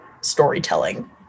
storytelling